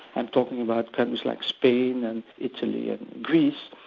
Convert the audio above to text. i'm talking about countries like spain and italy and greece,